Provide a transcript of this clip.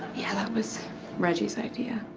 yeah, that was reggie's idea.